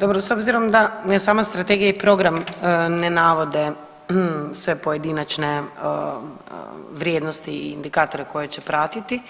Dobro, s obzirom da sama strategija i program ne navode sve pojedinačne vrijednosti i indikatore koje će pratiti